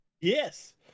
Yes